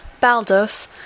Baldos